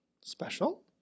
special